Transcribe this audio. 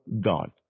God